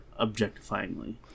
objectifyingly